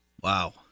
Wow